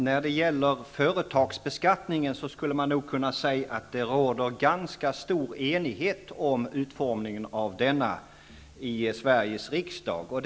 Herr talman! Man skulle nog kunna säga att det råder ganska stor enighet i Sveriges riksdag om utformningen av företagsbeskattningen.